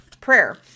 prayer